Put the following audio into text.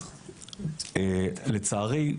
אז לצערי,